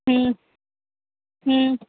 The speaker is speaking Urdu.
ہوں ہوں